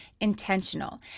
intentional